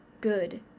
good